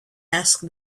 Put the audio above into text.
asked